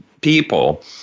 people